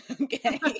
Okay